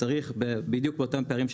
בדיוק באותם פערים,